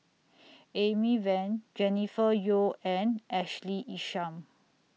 Amy Van Jennifer Yeo and Ashley Isham